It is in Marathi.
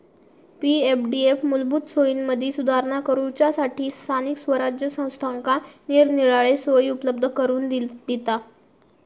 पी.एफडीएफ मूलभूत सोयींमदी सुधारणा करूच्यासठी स्थानिक स्वराज्य संस्थांका निरनिराळे सोयी उपलब्ध करून दिता